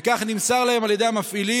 וכך נמסר להם על ידי המפעילים,